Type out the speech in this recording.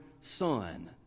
son